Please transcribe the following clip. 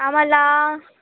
आम्हाला